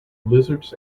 lizards